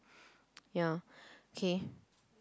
ya okay